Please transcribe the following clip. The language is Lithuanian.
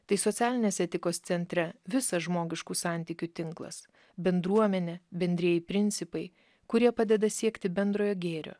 tai socialinės etikos centre visas žmogiškų santykių tinklas bendruomenė bendrieji principai kurie padeda siekti bendrojo gėrio